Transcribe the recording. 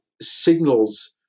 signals